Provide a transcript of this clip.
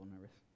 nervous